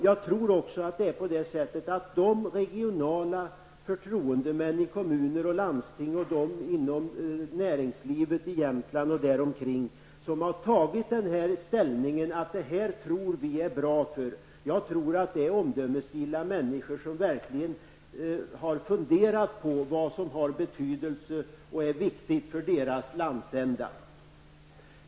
Jag tror också att de regionalpolitiska förtroendemän i kommuner och landsting och företrädare för näringslivet i Jämtland och där omkring som har tagit ställning för det här och tror att det är bra, är omdömesgilla människor som verkligen har funderat på vad som har betydelse och är viktigt för deras landsända.